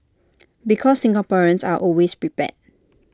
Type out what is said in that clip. because Singaporeans are always prepared